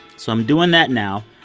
so i'm doing that now.